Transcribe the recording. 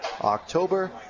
October